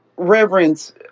reverence